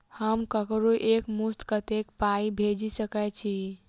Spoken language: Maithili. हम ककरो एक मुस्त कत्तेक पाई भेजि सकय छी?